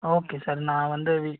okay sir நான் வந்து